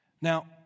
Now